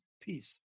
peace